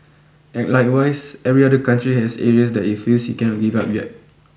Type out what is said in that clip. and likewise every other country has areas that it feels it cannot give up yet